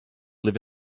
live